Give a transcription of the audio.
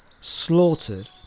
slaughtered